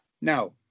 Now